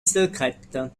secrète